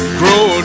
grow